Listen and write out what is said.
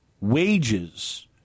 wages